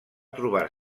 trobar